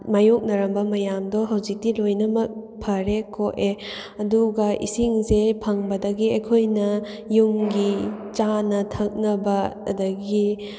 ꯃꯥꯌꯣꯛꯅꯔꯝꯕ ꯃꯌꯥꯝꯗꯣ ꯍꯧꯖꯤꯛꯇꯤ ꯂꯣꯏꯅꯃꯛ ꯐꯔꯦ ꯀꯣꯛꯑꯦ ꯑꯗꯨꯒ ꯏꯁꯤꯡꯁꯦ ꯐꯪꯕꯗꯒꯤ ꯑꯩꯈꯣꯏꯅ ꯌꯨꯝꯒꯤ ꯆꯥꯅ ꯊꯛꯅꯕ ꯑꯗꯒꯤ